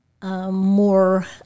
More